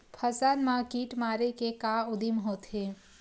फसल मा कीट मारे के का उदिम होथे?